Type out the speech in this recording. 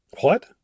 What